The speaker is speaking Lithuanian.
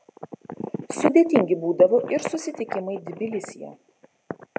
sudėtingi būdavo ir susitikimai tbilisyje